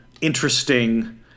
interesting